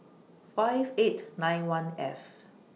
five eight nine one F